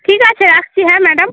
ঠিক আছে রাখছি হ্যাঁ ম্যাডাম